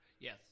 Yes